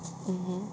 mmhmm